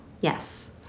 yes